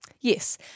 Yes